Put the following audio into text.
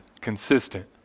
consistent